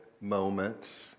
moments